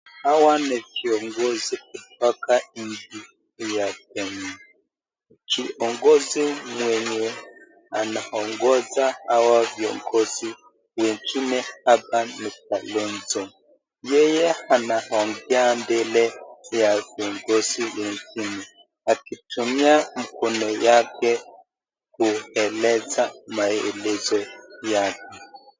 Hawa ni viongozi kutoka nchi ya kenya viongozi wenye wanaongoza hawa viongozi hapa ni Kalonzo yeye anongea mbele ya viongozi wengine akitumia mkono wake keuleza maelezo yake.